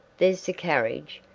there's the carriage.